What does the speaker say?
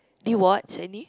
did you watch any